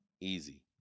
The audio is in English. easy